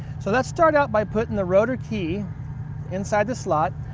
so let's start out by putting the rotor key inside the slot,